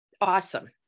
awesome